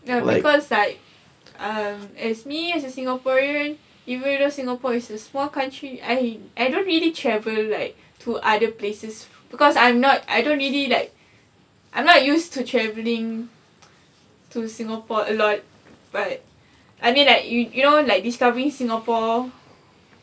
ya because like um as me as a singaporean even though singapore is a small country I I don't really travel like to other places because I'm not I don't really like I'm not used to traveling to singapore a lot but I mean like you you know like discovering singapore